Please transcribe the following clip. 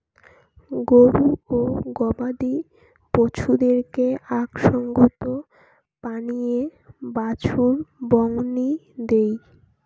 গরু ও গবাদি পছুদেরকে আক সঙ্গত পানীয়ে বাছুর বংনি দেই